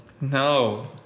No